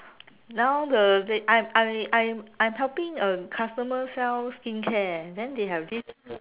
now the I'm I'm I'm I'm helping a customer sell skincare then they have this